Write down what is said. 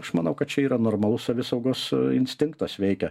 aš manau kad čia yra normalus savisaugos instinktas veikia